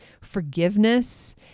forgiveness